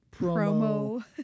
promo